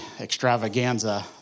extravaganza